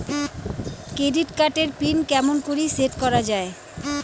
Credit card এর pin কেমন করি সেট করা য়ায়?